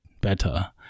better